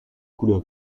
couleur